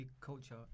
culture